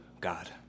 God